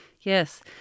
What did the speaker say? Yes